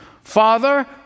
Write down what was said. Father